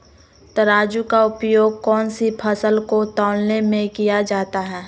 तराजू का उपयोग कौन सी फसल को तौलने में किया जाता है?